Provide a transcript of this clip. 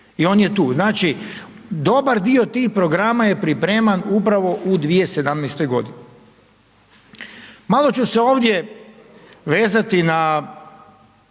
i on je tu. Znači dobar dio tih programa je pripreman upravo u 2017. godini. Malo ću se ovdje vezati na